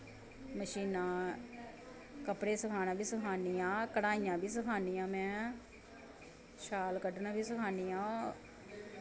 मशीनां कपड़े सखाना बी सखानी आं कढ़ाइयां बी सखानी आं में शाल कड्ढनां बी सखानी आं